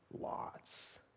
lots